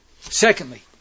Secondly